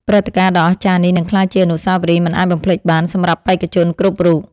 ព្រឹត្តិការណ៍ដ៏អស្ចារ្យនេះនឹងក្លាយជាអនុស្សាវរីយ៍មិនអាចបំភ្លេចបានសម្រាប់បេក្ខជនគ្រប់រូប។